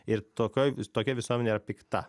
ir tokioj tokia visuomenė yra pikta